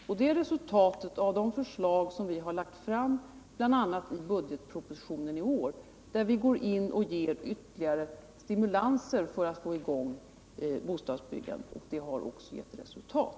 Detta är resultatet av de förslag som vi har lagt fram, bl.a. i budgetpropositionen i år, där vi ger ytterligare stimulanser för att få i gång bostadsbyggandet. Detta har också gett resultat.